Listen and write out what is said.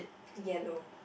yellow